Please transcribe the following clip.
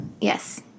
Yes